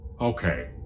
Okay